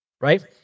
right